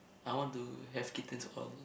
I want to have kittens all